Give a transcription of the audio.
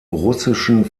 russischen